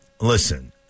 listen